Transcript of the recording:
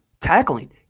tackling